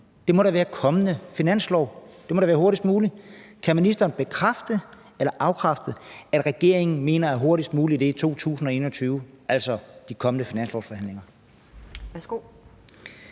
må da være kommende finanslov! Kan ministeren bekræfte eller afkræfte, at regeringen mener, at hurtigst muligt er i 2021, altså de kommende finanslovsforhandlinger?